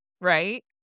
right